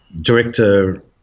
director